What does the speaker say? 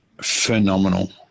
phenomenal